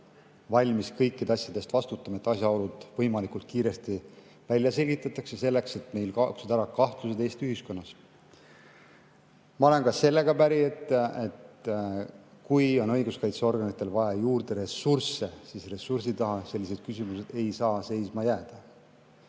valmis kõikide asjade eest vastutama, et asjaolud võimalikult kiiresti välja selgitataks, selleks et kaoksid ära kahtlused Eesti ühiskonnas. Ma olen ka sellega päri, et kui õiguskaitseorganitel on vaja juurde ressursse, siis ressursi taha sellised küsimused ei saa seisma jääda.